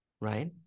right